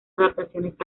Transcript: adaptaciones